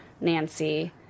Nancy